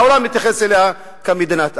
והעולם התייחס אליה כמדינת אפרטהייד.